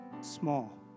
small